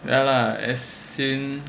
ya lah as in